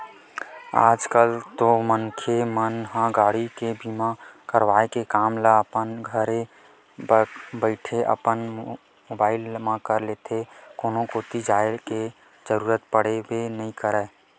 आज कल तो मनखे मन ह गाड़ी के बीमा करवाय के काम ल अपन घरे बइठे अपन मुबाइल ले ही कर लेथे कोनो कोती जाय के जरुरत पड़बे नइ करय